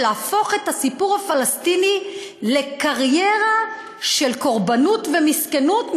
ולהפוך את הסיפור הפלסטיני לקריירה של קורבנות ומסכנות,